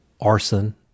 arson